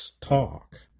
talk